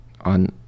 on